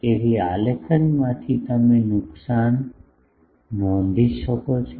તેથી આલેખમાંથી તમે નુકસાન શોધી શકો છો